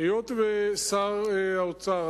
היות ששר האוצר,